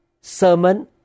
sermon